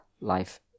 life